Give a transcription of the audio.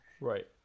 Right